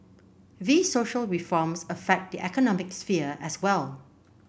these social reforms affect the economic sphere as well